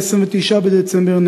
29 בדצמבר,